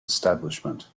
establishment